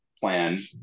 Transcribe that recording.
plan